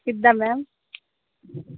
ਕਿੱਦਾਂ ਮੈਮ